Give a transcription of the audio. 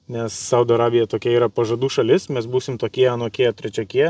nes saudo arabija tokia yra pažadų šalis mes būsim tokie anokie trečiokie